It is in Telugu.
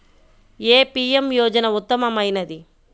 ఏ పీ.ఎం యోజన ఉత్తమమైనది?